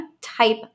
type